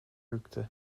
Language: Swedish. yrke